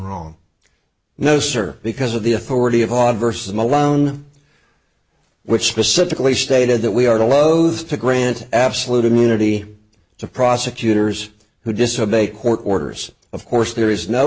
wrong no sir because of the authority of god versus malone which specifically stated that we are loath to grant absolute immunity to prosecutors who disobey court orders of course there is no